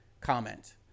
comment